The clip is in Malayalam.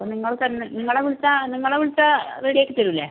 അപ്പം നിങ്ങൾ തന്നെ നിങ്ങളെ വിളിച്ചാൽ നിങ്ങളെ വിളിച്ചാൽ റെഡി ആക്കി തരൂല്ലേ